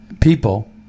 people